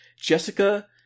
Jessica